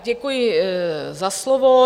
Děkuji za slovo.